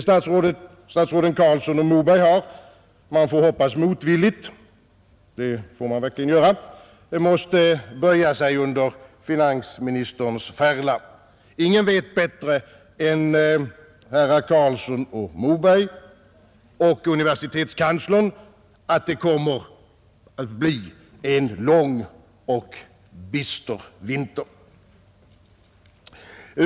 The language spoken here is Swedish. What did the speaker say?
Statsråden Carlsson och Moberg har — man får hoppas motvilligt, det får man verkligen göra — måst böja sig under finansministerns färla. Ingen vet bättre än herrar Carlsson och Moberg och universitetskanslern att det kommer att bli en lång och bister vinter.